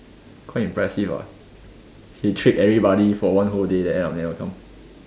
quite impressive ah he trick everybody for one whole day then end up never come